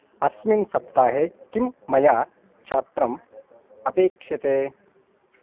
अस्मिन् सप्ताहे किं मया छत्रम् अपेक्ष्यते